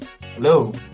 Hello